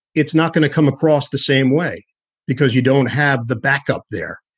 it's not going to come across the same way because you don't have the backup there.